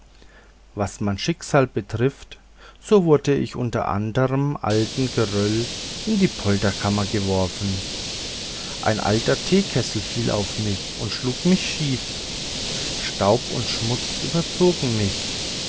was mein schicksal betrifft so wurde ich unter anderm alten geröll in die polterkammer geworfen ein alter teekessel fiel auf mich und schlug mich schief staub und schmutz überzog mich